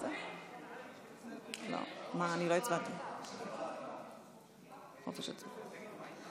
הנעדר מעבודתו עקב התפשטות נגיף הקורונה,